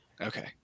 Okay